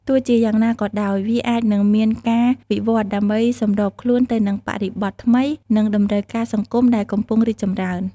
ទោះជាយ៉ាងណាក៏ដោយ វាអាចនឹងមានការវិវឌ្ឍន៍ដើម្បីសម្របខ្លួនទៅនឹងបរិបទថ្មី និងតម្រូវការសង្គមដែលកំពុងរីកចម្រើន។